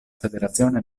federazione